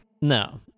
No